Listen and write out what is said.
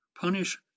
punish